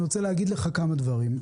אני רוצה להגיד לך כמה דברים,